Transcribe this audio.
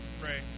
pray